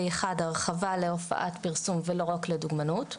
אחד, הרחבה להופעת פרסום ולא רק לדוגמנות.